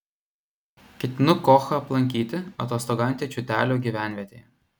ketinu kochą aplankyti atostogaujantį čiūtelių gyvenvietėje